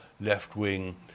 left-wing